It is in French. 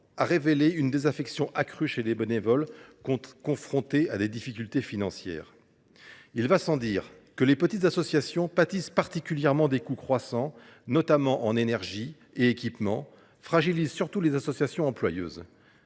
a révélé une désaffection accrue chez les bénévoles confrontés à des difficultés financières. Il va sans dire que les petites associations pâtissent particulièrement des coûts croissants, notamment de l’énergie et des équipements, qui fragilisent surtout les associations employeuses.